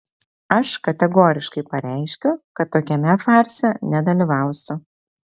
aš kategoriškai pareiškiu kad tokiame farse nedalyvausiu